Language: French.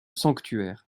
sanctuaire